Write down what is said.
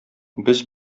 без